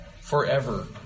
forever